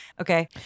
Okay